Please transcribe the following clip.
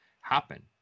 happen